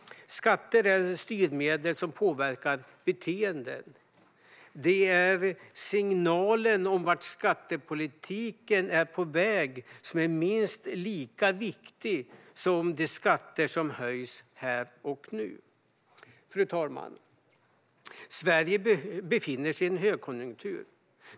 Skatter är styrmedel som påverkar beteenden. Signalen om vart skattepolitiken är på väg är minst lika viktig som de skatter som höjs här och nu. Fru talman! Sverige befinner sig i en högkonjunktur.